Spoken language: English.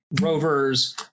rovers